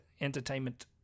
entertainment